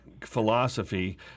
philosophy